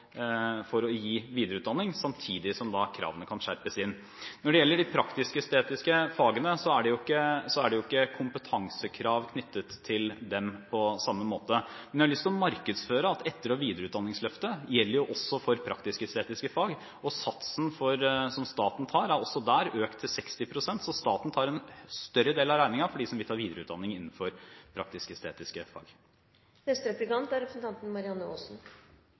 for å gi videreutdanning, samtidig som kravene da kan skjerpes inn. Når det gjelder de praktisk-estetiske fagene, er det jo ikke kompetansekrav knyttet til dem på samme måte. Men jeg har lyst til å markedsføre at etter- og videreutdanningsløftet også gjelder for praktisk-estetiske fag. Satsen som staten tar, er også der økt til 60 pst., så staten tar en større del av regningen for dem som vil ta videreutdanning innenfor praktisk-estetiske fag. Mitt spørsmål handler om ressursbruken i etter- og videreutdanning for dem som allerede er